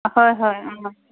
হয় হয় অঁ